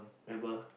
Mabel